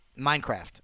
Minecraft